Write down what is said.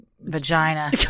vagina